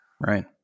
right